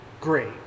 great